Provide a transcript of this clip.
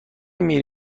میری